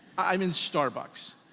i'm in starbucks.